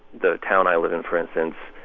the town i live in, for instance,